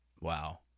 wow